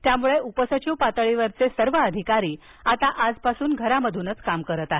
त्यामुळे उपसचिव पातळीवरील सर्व अधिकारी आता आजपासून घरातून काम करणार आहेत